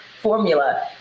formula